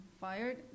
fired